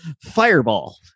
fireball